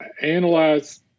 analyze